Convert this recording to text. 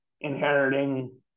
inheriting